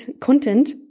content